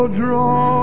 draw